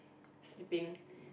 sleeping